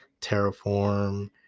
terraform